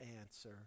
answer